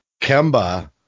Kemba